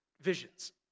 visions